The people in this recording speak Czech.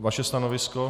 Vaše stanovisko?